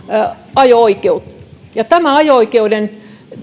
ajo oikeutta ja tämä ajo oikeudesta